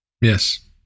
Yes